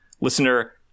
listener